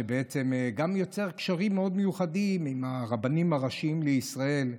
שגם יוצר קשרים מאוד מיוחדים עם הרבנים הראשיים לישראל,